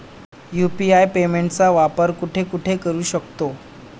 UPI पेमेंटचा वापर कुठे कुठे करू शकतो?